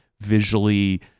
Visually